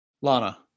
lana